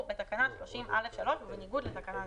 בתקנה 30(א)(3) ובניגוד לתקנה זו,"